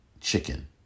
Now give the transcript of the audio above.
chicken